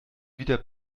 wieder